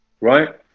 Right